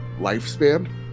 lifespan